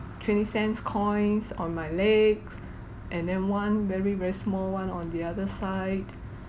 twenty cents coins on my legs and then one very very small one on the other side